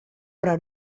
però